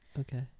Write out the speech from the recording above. Okay